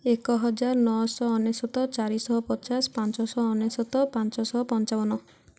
ଏକ ହଜାର ନଅଶହ ଅନେଶତ ଚାରିଶହ ପଚାଶ ପାଞ୍ଚଶହ ଅନେଶତ ପାଞ୍ଚଶହ ପଞ୍ଚାବନ